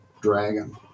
dragon